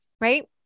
Right